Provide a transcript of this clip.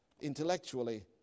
intellectually